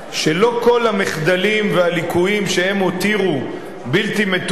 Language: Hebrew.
שלא כל המחדלים והליקויים שהם הותירו בלתי מתוקנים